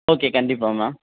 okay கண்டிப்பாக ma'am